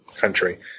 country